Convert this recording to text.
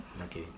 Okay